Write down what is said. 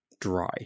dry